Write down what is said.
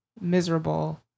miserable